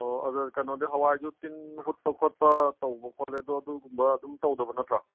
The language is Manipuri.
ꯑꯣ ꯑꯗꯣ ꯀꯩꯅꯣꯗꯤ ꯍꯋꯥꯏꯗꯨ ꯇꯤꯟ ꯍꯨꯠꯄ ꯈꯣꯠꯄ ꯇꯧꯕ ꯈꯣꯠꯂꯦ ꯑꯗꯣ ꯑꯗꯨꯒꯨꯝꯕ ꯑꯗꯨꯝ ꯇꯧꯗꯕ ꯅꯠꯇ꯭ꯔꯣ